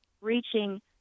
reaching